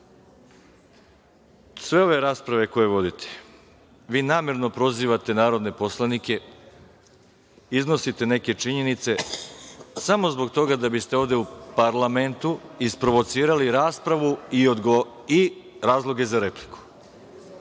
Sve ove rasprave koje vodite, vi namerno prozivate narodne poslanike, iznosite neke činjenice, samo zbog toga da bi ste ovde u parlamentu isprovocirali raspravu i razloge za repliku.